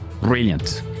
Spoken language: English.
Brilliant